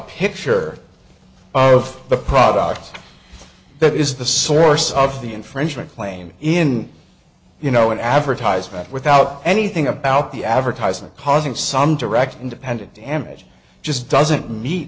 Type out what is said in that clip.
picture of the product that is the source of the infringement claim in you know an advertisement without anything about the advertisement causing some direct independent damage just doesn't meet